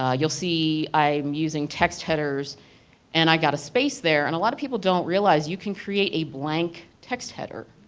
ah you'll see, i'm using text headers and i've got space there. and a lot of people don't realize you can create a blank text header.